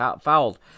fouled